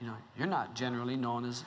you know you're not generally known as